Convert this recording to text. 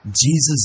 Jesus